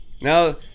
now